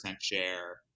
share